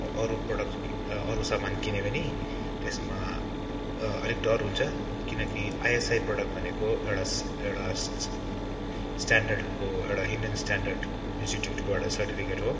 अरू प्रडक्ट अरू सामान किनेँ भने त्यसमा अलिक डर हुन्छ किनकि आइएसआई प्रडक्ट भनेको एउटा एउटा स्ट स्टान्डर्डको एउटा इन्डियन स्टान्डर्ड इन्स्टिट्युटबाट सर्टिफिकेट हो